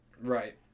Right